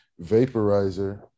vaporizer